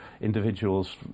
individuals